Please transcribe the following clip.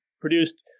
produced